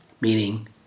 meaning